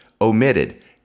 omitted